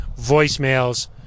voicemails